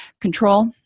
control